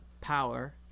Power